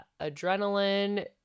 adrenaline